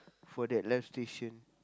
for that live station